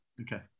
okay